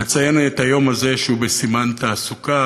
לציין את היום הזה, שהוא בסימן תעסוקה,